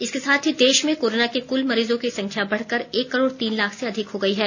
इसके साथ ही देश में कोरोना के कुल मरीजों की संख्या बढकर एक करोड़ तीन लाख से अधिक हो गई है